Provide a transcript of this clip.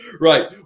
right